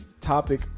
topic